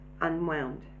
unwound